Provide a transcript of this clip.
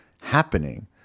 happening